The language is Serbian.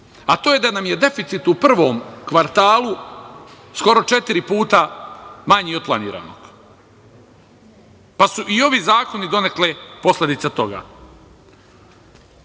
a to je da nam je deficit u prvom kvartalu skoro četiri puta manji od planiranog, pa su ovi i zakoni donekle posledica toga.